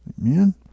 Amen